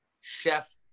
Chef